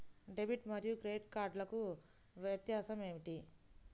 Debit మరియు credit కార్డ్లకు వ్యత్యాసమేమిటీ?